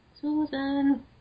Susan